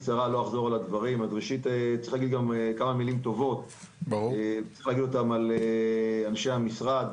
צריך להגיד כמה מילים טובות לאנשי המשרד.